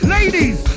Ladies